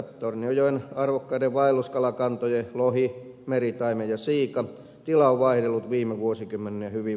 tornionjoen arvokkaiden vaelluskalakantojen tila on vaihdellut viime vuosikymmenenä hyvin voimakkaasti